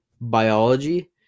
biology